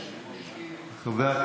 אשלח את זה איתה, תשלחי לו בבקשה,